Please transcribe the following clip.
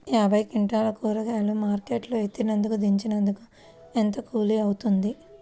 యాభై క్వింటాలు కూరగాయలు మార్కెట్ లో ఎత్తినందుకు, దించినందుకు ఏంత కూలి అవుతుంది?